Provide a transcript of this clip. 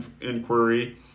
inquiry